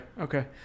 okay